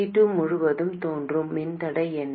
C2 முழுவதும் தோன்றும் மின்தடை என்ன